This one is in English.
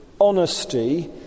honesty